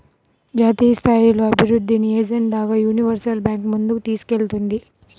జాతీయస్థాయిలో అభివృద్ధిని ఎజెండాగా యూనివర్సల్ బ్యాంకు ముందుకు తీసుకెళ్తుంది